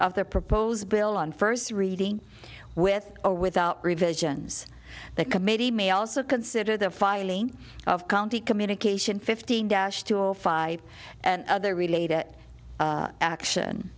of the proposed bill on first reading with or without revisions the committee may also consider the filing of county communication fifteen dash two a five and other related action